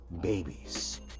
babies